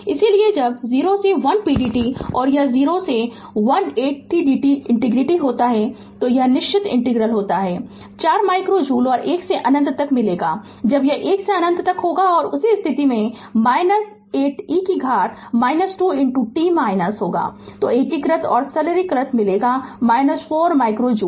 इसलिए जब 0 से 1 pdt यह 0 से 1 8 t dt इंटीग्रेट होता है तो यह निश्चित इंटीग्रल में होता है 4 माइक्रो जूल और 1 से अनंत तक मिलेगा जब यह 1 से अनंत तक होगा और उस स्थिति में 8 e कि घात 2 t तो एकीकृत और सरलीकरण मिलेगा 4 माइक्रो जूल